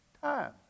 time